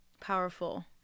powerful